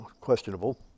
questionable